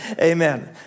amen